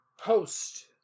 post